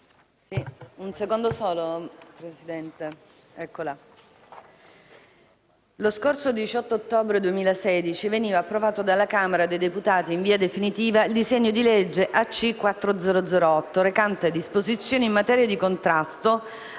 Signora Presidente, lo scorso 18 ottobre 2016 veniva approvato dalla Camera dei deputati in via definitiva il disegno di legge n. 4008, recante «Disposizioni in materia di contrasto